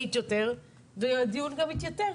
אחראית יותר והדיון יתייתר.